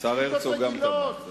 גם השר הרצוג תמך.